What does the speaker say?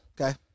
Okay